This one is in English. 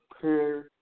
pure